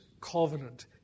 covenant